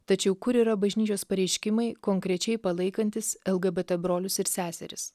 tačiau kur yra bažnyčios pareiškimai konkrečiai palaikantys lgbt brolius ir seseris